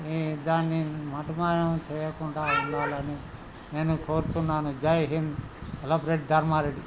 ఈ దాన్ని మటుమాయం చేయకుండా ఉండాలని నేను కోరుచున్నాను జై హింద్ సెలబ్రిటీ ధర్మారెడ్డి